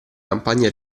campagne